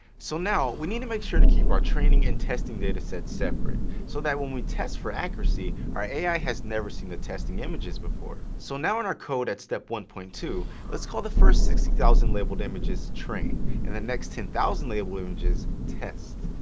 so now we need to make sure to keep our training and our testing datasets separate, so that when we test for accuracy, our ai has never seen the testing images before. so now in our code at step one point two let's call the first sixty thousand labeled images train and the next ten thousand labeled images test.